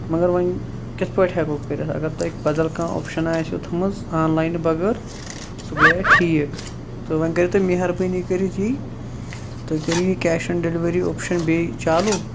مَگَر وۄنۍ کِتھ پٲٹھۍ ہیٚکو کٔرِتھ اَگَر تۄہہِ بَدل کانٛہہ آپشَن آسہِ ہَو تھٲومٕژ آنلاینہٕ بَغٲر سُہ گٔیے ٹھیٖک تہٕ وۄنۍ کٔرِو تُہۍ مہربٲنی کٔرِتھ یی تُہۍ کٔرِو یہِ کیش آن ڈیٚلِوری آپشَن بیٚیہِ چالوٗ